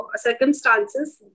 circumstances